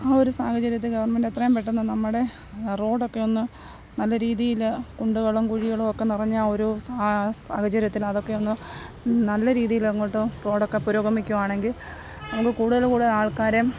ആ ഒരു സാഹചര്യത്തിൽ ഗവൺമെൻറ് എത്രയും പെട്ടെന്ന് നമ്മുടെ റോഡ് ഒക്കെ ഒന്ന് നല്ല രീതിയിൽ കുണ്ടുകളും കുഴികളും ഒക്കെ നിറഞ്ഞ ഒരു സാ സാഹചര്യത്തിൽ അതൊക്കെ ഒന്നു നല്ല രീതിയിൾ അങ്ങോട്ടോ റോഡ് ഒക്കെ പുരോഗമിക്കുകയാണെങ്കിൽ നമുക്ക് കൂടുതൽ കൂടുതൽ ആൾക്കാരെ